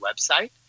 website